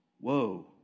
Whoa